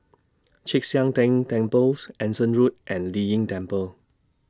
Chek Sian Tng Temples Anson Road and Lei Yin Temple